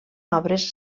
obres